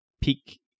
peak